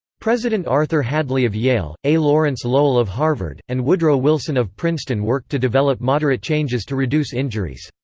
president arthur hadley of yale, a. lawrence lowell of harvard, and woodrow wilson of princeton worked to develop moderate changes to reduce injuries.